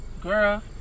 girl